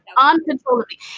uncontrollably